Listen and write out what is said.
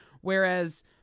whereas